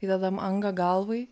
įdedam angą galvai